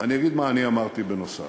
ואני אגיד מה אני אמרתי בנוסף.